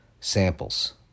Samples